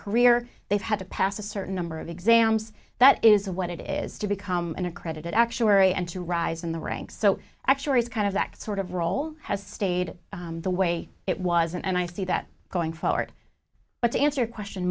career they've had to pass a certain number of exams that is what it is to become an accredited actuary and to rise in the ranks so actuaries kind of that sort of role has stayed the way it was and i see that going forward but to answer question